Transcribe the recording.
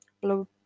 blue